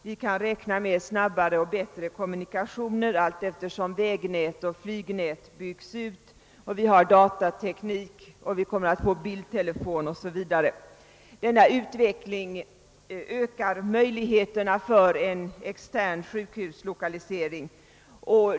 Vi kan också räkna med snabbare och bättre kommunikationer allteftersom vägnätet och = flygnätet byggs ut. Vi har vidare datateknik och kommer att få bildtelefon o. s. vy. Denna utveckling ökar möjligheterna för en extern sjukhuslokalisering.